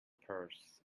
purse